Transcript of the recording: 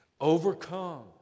Overcome